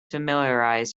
familiarize